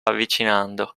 avvicinando